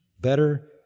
Better